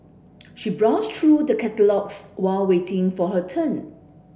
she browsed through the catalogues while waiting for her turn